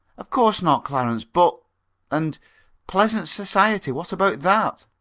of course not, clarence. but and pleasant society. what about that